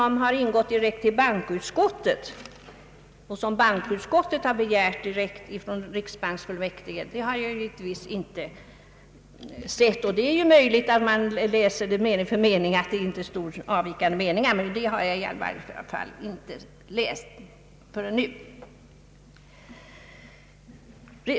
Men det yttrande som bankoutskottet har begärt från riksbanksfullmäktige och som ingått direkt till utskottet har jag givetvis inte sett förrän nu. Det är möjligt att den som läser det sistnämnda yttrandet mening för mening inte kan finna några avvikande meningar där.